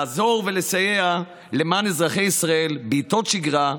לעזור ולסייע למען אזרחי ישראל בעיתות שגרה,